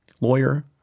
lawyer